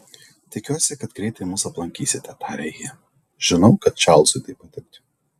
tikiuosi kad greitai mus aplankysite tarė ji žinau kad čarlzui tai patiktų